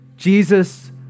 Jesus